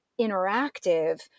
interactive